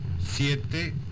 siete